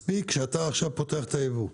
מספיק שאתה עכשיו פותח את הייבוא,